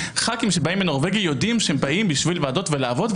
חברי כנסת שבאים מנורבגי יודעים שהם באים בשביל ועדות ולעבוד,